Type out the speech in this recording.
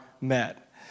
met